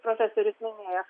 profesorius minėjo